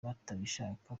batabishaka